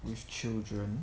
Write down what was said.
with children